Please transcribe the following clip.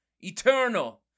Eternal